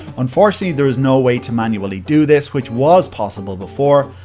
unfortunately, there is no way to manually do this, which was possible before,